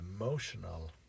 emotional